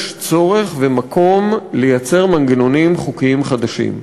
יש צורך ומקום לייצר מנגנונים חוקיים חדשים.